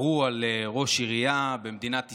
ירו על ראש עירייה במדינת ישראל,